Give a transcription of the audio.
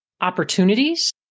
opportunities